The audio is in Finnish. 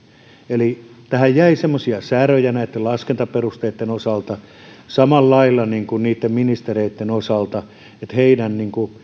eli tähän jäi semmoisia säröjä näitten laskentaperusteitten osalta samalla lailla kuin ministereitten osalta että heidän